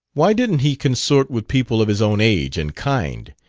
why didn't he consort with people of his own age and kind?